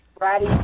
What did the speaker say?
Ratty